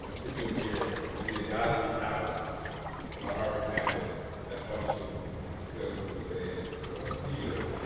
pictured here is the agassiz house on the harvard campus that functions still to this day as sort of a theater.